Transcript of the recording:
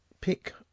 pick